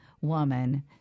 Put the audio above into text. woman